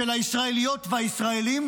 של הישראליות והישראלים,